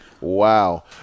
Wow